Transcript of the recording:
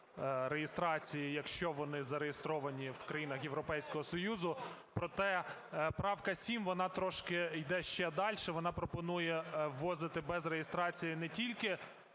вона пропонує ввозити без реєстрації не тільки